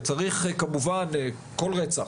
וכמובן כל רצח